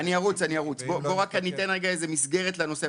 אני ארוץ, אני אתן רק מסגרת לנושא.